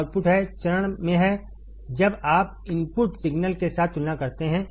यह आउटपुट है चरण में है जब आप इनपुट सिग्नल के साथ तुलना करते हैं